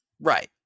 Right